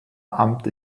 amt